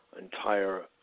entire